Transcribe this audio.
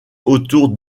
autour